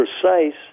precise